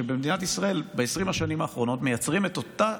שבמדינת ישראל ב-20 השנים האחרונות מייצרים את אותה